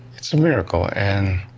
it's a miracle. and